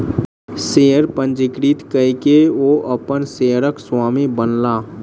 share पंजीकृत कय के ओ अपन शेयरक स्वामी बनला